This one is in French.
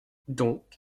donc